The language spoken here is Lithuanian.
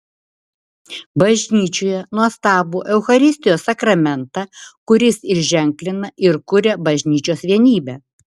bažnyčioje nuostabų eucharistijos sakramentą kuris ir ženklina ir kuria bažnyčios vienybę